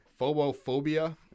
Phobophobia